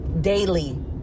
daily